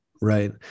Right